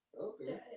okay